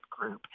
group